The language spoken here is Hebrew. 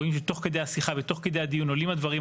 רואים שתוך השיחה ותוך כדי הדיון עולים הדברים,